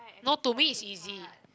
no to me it's easy